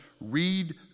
read